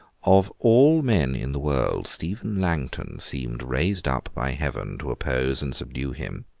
of all men in the world, stephen langton seemed raised up by heaven to oppose and subdue him.